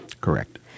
Correct